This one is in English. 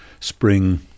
spring